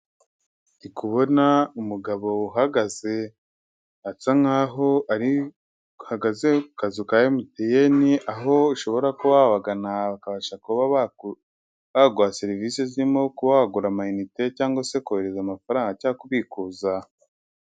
Ndikubona umugabo uhagaze asa nkaho ari uhagaze ku kazu ka emutiyeni aho ushobora kubagana bakabasha kuba barguha serivisi zirimo kubagurira amayinite cyangwa se kohereza amafaranga cyangwa kubikuza.